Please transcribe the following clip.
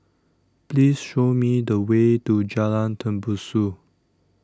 Please Show Me The Way to Jalan Tembusu